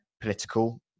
political